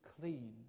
clean